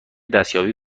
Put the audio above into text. دستیابی